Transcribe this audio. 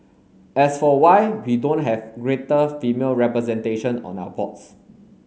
as for why we don't have greater female representation on our boards